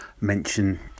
mention